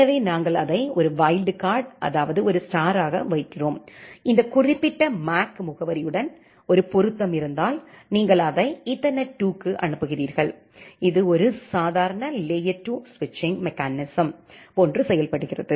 எனவே நாங்கள் அதை ஒரு வைல்டு கார்டு அதாவது ஒரு ஸ்டாராக வைக்கிறோம் இந்த குறிப்பிட்ட மேக் முகவரியுடன் ஒரு பொருத்தம் இருந்தால் நீங்கள் அதை ஈதர்நெட் 2 க்கு அனுப்புகிறீர்கள் இது ஒரு சாதாரண லேயர் 2 ஸ்விட்சிங் மெக்கானிசம் போன்று செயல்படுகிறது